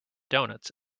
donuts